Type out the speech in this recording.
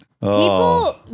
People